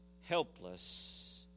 helpless